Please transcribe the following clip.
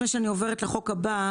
לפני שאני עוברת לחוק הבא,